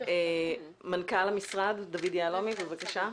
מנכ"ל המשרד, דוד יהלומי, בבקשה.